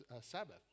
Sabbath